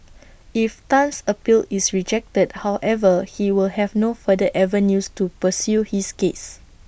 if Tan's appeal is rejected however he will have no further avenues to pursue his case